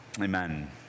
Amen